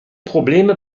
probleme